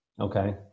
Okay